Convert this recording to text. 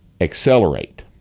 accelerate